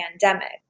pandemic